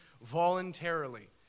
voluntarily